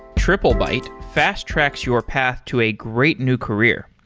triplebyte fast-tracks your path to a great new career.